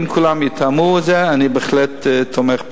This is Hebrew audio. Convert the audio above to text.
אם כולם יתאמו את זה, אני בהחלט תומך בזה.